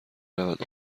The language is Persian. رود